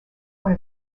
one